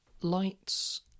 lights